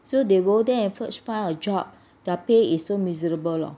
so they go there and first find a job their pay is so miserable lor